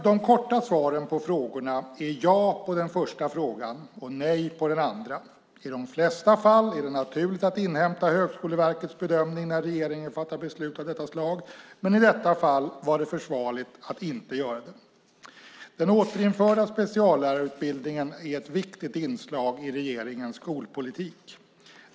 De korta svaren på frågorna är ja på den första frågan och nej på den andra. I de flesta fall är det naturligt att inhämta Högskoleverkets bedömning när regeringen fattar beslut av detta slag men i detta fall var det försvarligt att inte göra det. Den återinförda speciallärarutbildningen är ett viktigt inslag i regeringens skolpolitik.